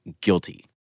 Guilty